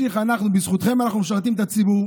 בזכותכם אנחנו משרתים את הציבור,